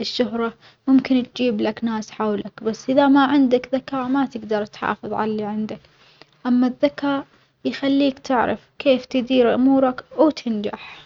الشهرة ممكن تجيبلك ناس حولك بس إذا ما عندك ذكاء ما تجدر تحافظ على اللي عندك، أما الذكاء يخليك تعرف كيف تدير أمورك وتنجح.